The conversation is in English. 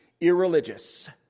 irreligious